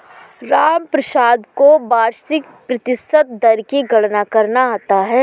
रामप्रसाद को वार्षिक प्रतिशत दर की गणना करना आता है